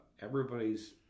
everybody's